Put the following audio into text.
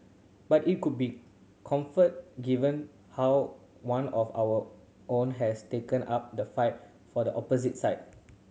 but it cold be comfort given how one of our own has taken up the fight for the opposite side